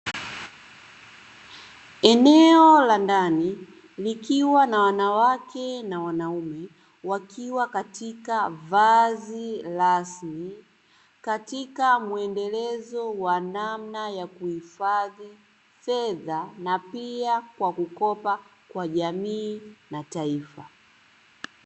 Eneo la ndani likiwa na wanawake na wanaume, wakiwa katika vazi rasmi katika mwendelezo wa namna ya kuhifadhi fedha na pia kwa kukopa kwa jamii na Taifa.